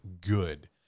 good